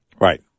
Right